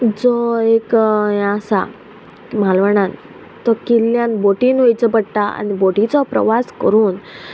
जो एक हें आसा म्हालवणान तो किल्ल्यान बोटीन वयचो पडटा आनी बोटीचो प्रवास करून